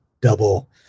double